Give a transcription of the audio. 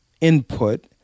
input